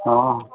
ହଁ